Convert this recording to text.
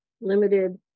limited